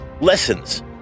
Lessons